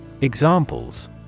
Examples